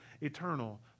eternal